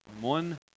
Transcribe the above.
One